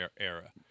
era